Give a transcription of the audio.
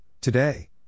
Today